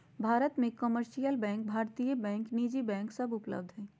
भारत मे commercial bank, सरकारी bank, निजी बैंक सब उपलब्ध हय